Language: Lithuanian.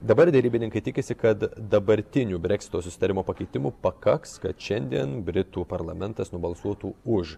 dabar derybininkai tikisi kad dabartinių breksito susitarimo pakeitimų pakaks kad šiandien britų parlamentas nubalsuotų už